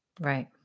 Right